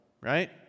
right